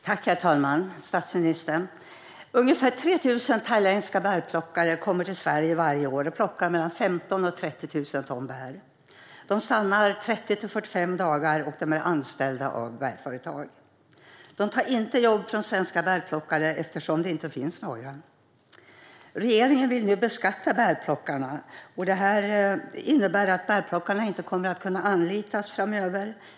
Herr talman! Statsministern! Ungefär 3 000 thailändska bärplockare kommer till Sverige varje år. De plockar mellan 15 000 och 30 000 ton bär. De stannar 30-45 dagar, och de är anställda av bärföretagen. De tar inte jobb från svenska bärplockare, eftersom det inte finns några. Regeringen vill nu beskatta bärplockarna. Det innebär att de inte kommer att kunna anlitas framöver.